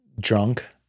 drunk